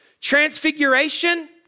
transfiguration